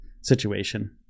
situation